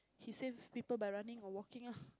he save people by running or walking ah